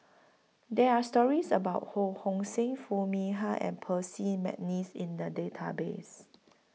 There Are stories about Ho Hong Sing Foo Mee Har and Percy Mcneice in The Database